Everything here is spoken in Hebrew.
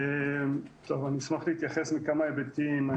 אני אשמח להתייחס מכמה היבטים,